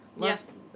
yes